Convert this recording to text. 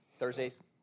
Thursdays